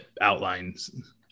outlines